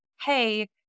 hey